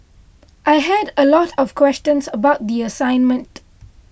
I had a lot of questions about the assignment